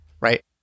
right